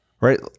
Right